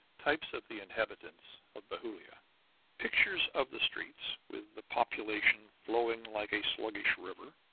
types of the inhabitants of bethulia pictures of the streets, with the population flowing like a sluggish river